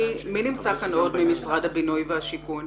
מי נמצא כאן עוד ממשרד הבינוי והשיכון?